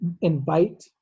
invite